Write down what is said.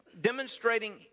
demonstrating